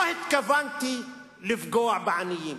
לא התכוונתי לפגוע בעניים,